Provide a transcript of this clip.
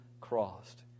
crossed